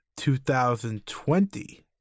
2020